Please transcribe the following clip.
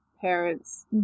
parents